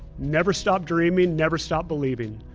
never stop dreaming, never stop believing.